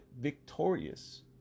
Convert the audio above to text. victorious